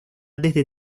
desde